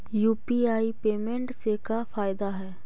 UPI payment से का फायदा है?